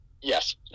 yes